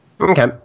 Okay